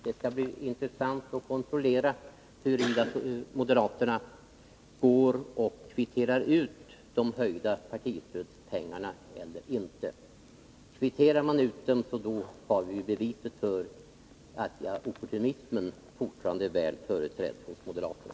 Det skall bli intressant att kontrollera huruvida moderaterna kvitterar ut det höjda partistödet eller inte. Kvitterar man ut pengarna har vi beviset för att opportunismen är hotande väl företrädd hos moderaterna.